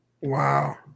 Wow